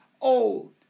old